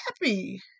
happy